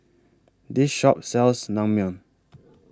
This Shop sells Naengmyeon